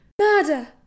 Murder